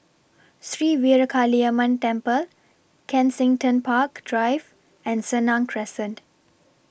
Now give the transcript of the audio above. Sri Veeramakaliamman Temple Kensington Park Drive and Senang Crescent